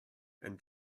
and